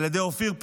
על ידי אופיר פינס,